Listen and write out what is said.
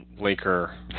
Laker